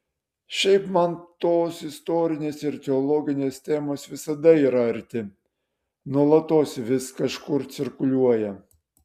šiaip man tos istorinės ir teologinės temos visada yra arti nuolatos vis kažkur cirkuliuoja